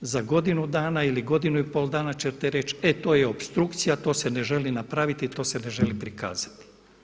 Za godinu dana ili godinu i pol dana ćete reći, e to je opstrukcija, to se ne želi napraviti, to se ne želi prikazati.